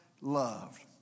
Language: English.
loved